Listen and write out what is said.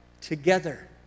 together